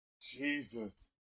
Jesus